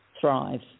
thrive